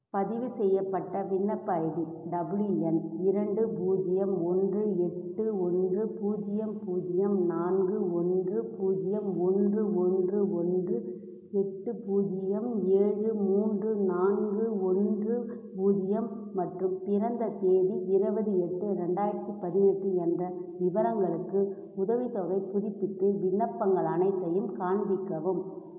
பதிவுசெய்யப்பட்ட விண்ணப்ப ID W N இரண்டு பூஜ்ஜியம் ஒன்று எட்டு ஒன்று பூஜ்ஜியம் பூஜ்ஜியம் நான்கு ஒன்று பூஜ்ஜியம் ஒன்று ஒன்று ஒன்று எட்டு பூஜ்ஜியம் ஏழு மூன்று நான்கு ஒன்று பூஜ்ஜியம் மற்றும் பிறந்த தேதி இருபது எட்டு ரெண்டாயிரத்தி பதினெட்டு என்ற விவரங்களுக்கு உதவித்தொகைப் புதுப்பிப்பு விண்ணப்பங்கள் அனைத்தையும் காண்பிக்கவும்